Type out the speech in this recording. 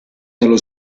nello